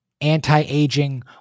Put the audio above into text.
anti-aging